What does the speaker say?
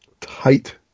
tight